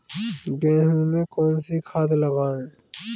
गेहूँ में कौनसी खाद लगाएँ?